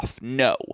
No